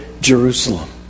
Jerusalem